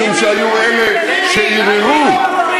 את, במדינה שלי צריך לקרוא לסדר.